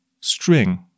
string